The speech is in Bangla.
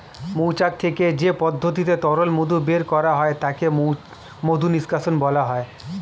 মৌচাক থেকে যে পদ্ধতিতে তরল মধু বের করা হয় তাকে মধু নিষ্কাশণ বলা হয়